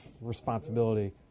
responsibility